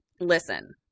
listen